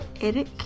Eric